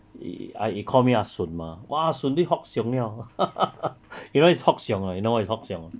e~ I e~ call me ah soon mah !wah! ah soon li hock siong liao you know what is hock siong or not you know what is hock siong